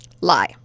Lie